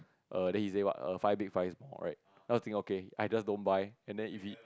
err then he said what five big five small right then I was think okay either don't buy and then if he